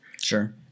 Sure